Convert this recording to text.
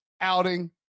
outing